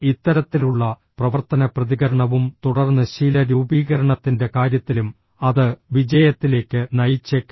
ഇത്തരത്തിലുള്ള പ്രവർത്തന പ്രതികരണവും തുടർന്ന് ശീല രൂപീകരണത്തിന്റെ കാര്യത്തിലും അത് വിജയത്തിലേക്ക് നയിച്ചേക്കാം